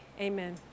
Amen